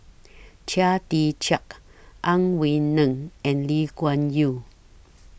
Chia Tee Chiak Ang Wei Neng and Lee Kuan Yew